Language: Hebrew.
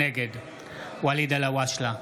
נגד ואליד אלהואשלה,